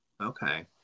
Okay